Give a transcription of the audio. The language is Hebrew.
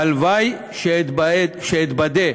הלוואי שאתבדה,